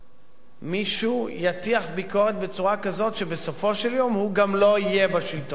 מישהו יטיח ביקורת בצורה כזאת שבסופו של יום הוא גם לא יהיה בשלטון.